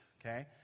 okay